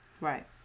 Right